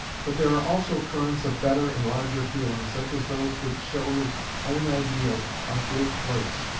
but there are also currents of better and larger feeling, such as those which show his own ideal of great place,